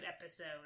episode